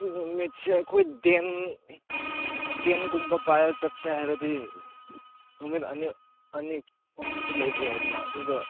ꯅꯨꯃꯤꯠꯁꯦ ꯑꯩꯈꯣꯏ ꯇꯦꯟ ꯇꯦꯟꯒꯨꯝꯕ ꯄꯥꯏꯔ ꯆꯠꯁꯦ ꯍꯥꯏꯔꯗꯤ ꯅꯨꯃꯤꯠ ꯑꯅꯤ ꯑꯅꯤ ꯑꯍꯨꯝꯁꯨ ꯂꯩꯕ ꯌꯥꯏꯗꯅ ꯑꯗꯨꯒ